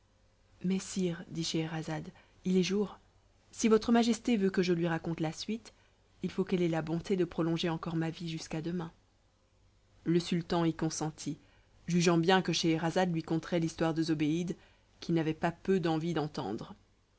sire dit scheherazade il est jour si votre majesté veut que je lui raconte la suite il faut qu'elle ait la bonté de prolonger encore ma vie jusqu'à demain le sultan y consentit jugeant bien que scheherazade lui conterait l'histoire de zobéide qu'il n'avait pas peu d'envie d'entendre